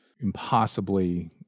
impossibly